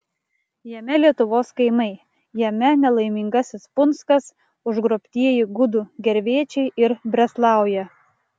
jame lietuvos kaimai jame nelaimingasis punskas užgrobtieji gudų gervėčiai ir breslauja